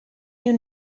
you